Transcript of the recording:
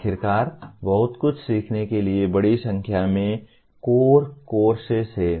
आखिरकार बहुत कुछ सीखने के लिए बड़ी संख्या में कोर कोर्सेस हैं